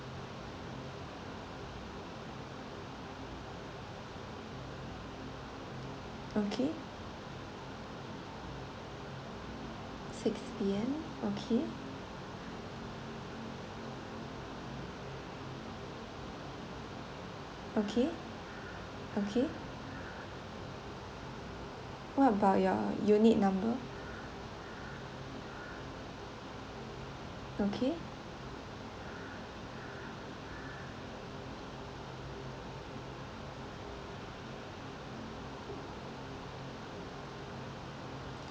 okay six P_M okay okay okay what about your unit number okay